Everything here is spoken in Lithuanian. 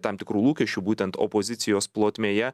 tam tikrų lūkesčių būtent opozicijos plotmėje